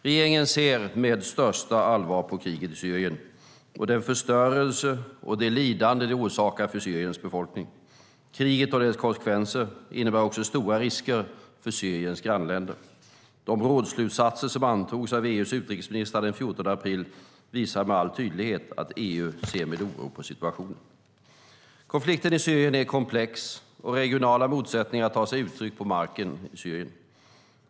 Regeringen ser med största allvar på kriget i Syrien och den förstörelse och det lidande det orsakar för Syriens befolkning. Kriget och dess konsekvenser innebär också stora risker för Syriens grannländer. De rådsslutsatser som antogs av EU:s utrikesministrar den 14 april visar med all tydlighet att EU ser med oro på situationen. Konflikten i Syrien är komplex, och regionala motsättningar tar sig uttryck på marken i Syrien.